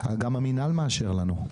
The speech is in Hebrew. גם המינהל מאשר לנו.